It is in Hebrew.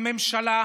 הממשלה,